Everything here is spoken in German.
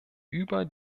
über